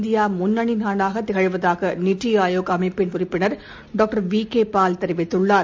இந்தியாமுண்ணணிநாடாகதிகழ்வதாகநித்திஆயோக் அமைப்பின் உறுப்பினர் டாக்டர் விகேபால் தெரிவித்துள்ளார்